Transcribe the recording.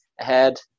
ahead